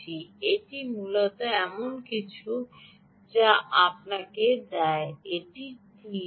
এটি মূলত এমন কিছু যা আপনাকে দেয় এটি টিজি